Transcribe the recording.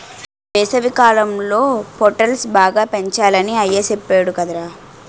వేసవికాలంలో పొటల్స్ బాగా పెంచాలని అయ్య సెప్పేడు కదరా